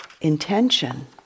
intention